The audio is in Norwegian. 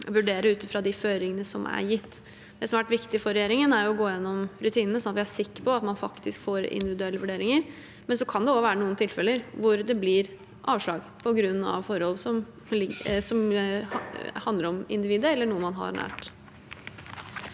vurdere ut fra de føringene som er gitt. Det som har vært viktig for regjeringen, er å gå gjennom rutinene, slik at vi er sikre på at man faktisk får individuelle vurderinger. Men det kan også være noen tilfeller hvor det blir avslag på grunn av forhold som handler om individet eller noen man har nær.